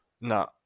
no